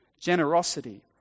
generosity